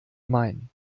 mein